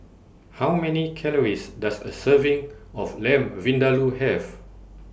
How Many Calories Does A Serving of Lamb Vindaloo Have